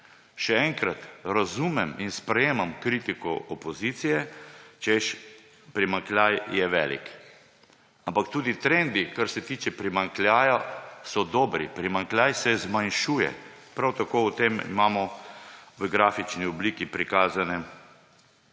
Še enkrat, razumem in sprejemam kritiko opozicije, češ, primanjkljaj je velik, ampak tudi trendi, kar se tiče primanjkljaja, so dobri, primanjkljaj se zmanjšuje. Prav tako imamo o tem v grafični obliki prikazane